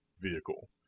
vehicle